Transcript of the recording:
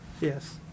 Yes